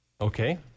Okay